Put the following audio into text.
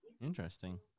Interesting